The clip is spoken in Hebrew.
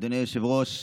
אדוני היושב-ראש,